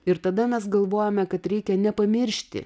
ir tada mes galvojame kad reikia nepamiršti